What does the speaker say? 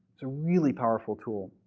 it's a really powerful tool.